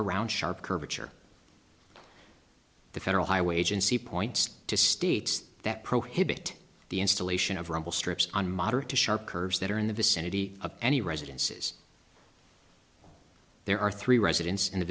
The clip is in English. around sharp curvature the federal highway agency points to states that prohibit the installation of rumble strips on moderate to sharp curves that are in the vicinity of any residences there are three residents in the